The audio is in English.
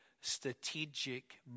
strategic